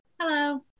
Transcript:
Hello